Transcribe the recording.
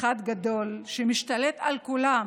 אחד גדול שמשתלט על כולם,